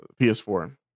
ps4